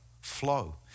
flow